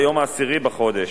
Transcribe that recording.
ב-10 בחודש,